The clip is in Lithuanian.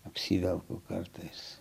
apsivelku kartais